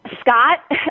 Scott